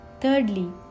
Thirdly